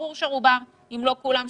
ברור שרובם, אם לא כולם שם,